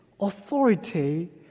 authority